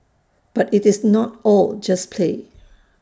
but IT is not all just play